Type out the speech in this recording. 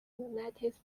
united